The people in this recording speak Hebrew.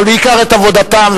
אבל בעיקר את עבודתם,